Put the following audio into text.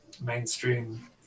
mainstream